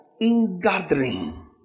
Ingathering